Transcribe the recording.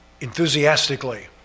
Enthusiastically